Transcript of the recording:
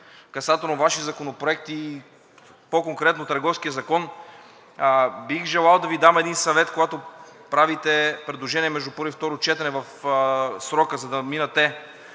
касателно Ваши законопроекти и по-конкретно Търговският закон, бих желал да Ви дам един съвет, когато правите предложение между първо и второ четене в срока, за да минат